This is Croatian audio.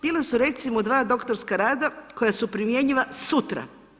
Bile su recimo dva doktorska rada koja su primjenjiva sutra.